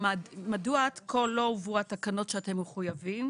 מדוע עד כה לא הובאו התקנות שאתם מחויבים